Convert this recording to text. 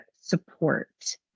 support